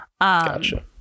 Gotcha